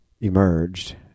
emerged